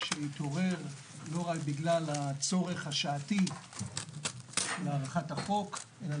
שהתעורר לא רק בגלל הצורך השעתי להארכת החוק אלא